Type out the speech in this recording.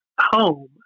home